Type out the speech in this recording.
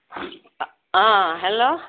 অ hello